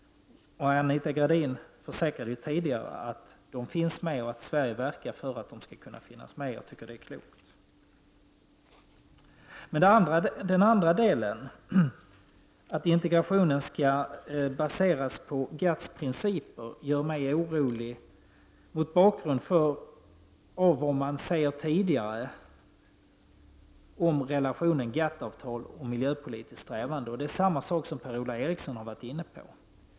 Anita Gradin försäkrade tidigare att Sovjet finns med och att Sverige verkar för att Sovjet skall kunna finnas med, och jag tycker det är klokt. Men den andra delen, att integrationen skall baseras på GATT:s princi per, gör mig orolig mot bakgrund av vad som sägs tidigare om relationen mellan GATT-avtal och miljöpolitiska strävanden. Det är samma sak som Per-Ola Eriksson varit inne på.